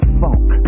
funk